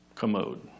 commode